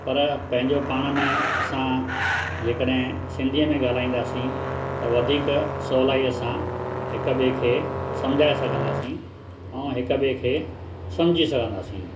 पर पंहिंजो पाण में असां जेकॾहिं सिंधीअ में ॻाल्हाईंदासीं त वधिक सहुलाईअ सां हिकु ॿिए खे सम्झाए सघंदासीं ऐं हिकु ॿिए खे सम्झी सघंदासीं